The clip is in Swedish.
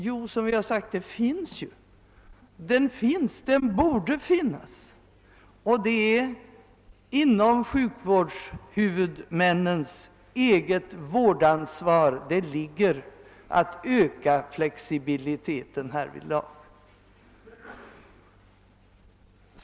Jo, den finns och den bör finnas; det är inom sjukvårdshuvudmännens eget vårdansvar det ligger att öka flexibiliteten.